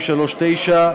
239),